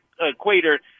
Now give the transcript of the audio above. equator